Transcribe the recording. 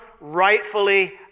rightfully